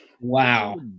Wow